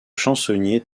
chansonnier